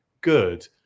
good